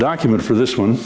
document for this one